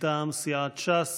מטעם סיעת ש"ס.